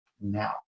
now